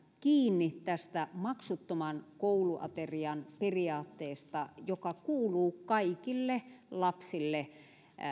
kiinni maksuttoman kouluaterian periaatteesta joka kuuluu kaikille lapsille